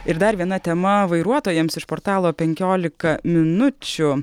ir dar viena tema vairuotojams iš portalo penkiolika minučių